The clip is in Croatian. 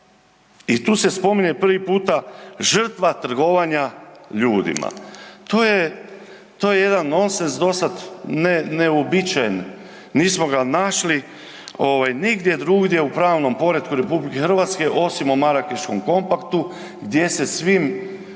I tu se spominje prvi puta žrtva trgovanja ljudima. To je, to je jedan nonset dosad ne, neuobičajen, nismo ga našli ovaj nigdje drugdje u pravnom poretku RH osim u Marakeškom kompaktu gdje se svim